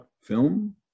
film